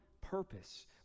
purpose